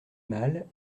mâles